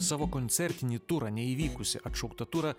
savo koncertinį turą neįvykusi atšauktą turą